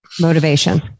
Motivation